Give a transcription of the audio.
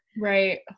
Right